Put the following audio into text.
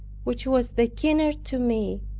which was the keener to me,